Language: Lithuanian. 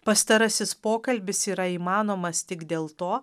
pastarasis pokalbis yra įmanomas tik dėl to